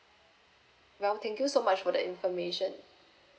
well thank you so much for the information